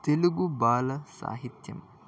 తెలుగు బాల సాహిత్యం